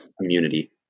immunity